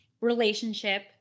relationship